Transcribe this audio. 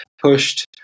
pushed